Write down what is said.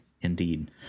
indeed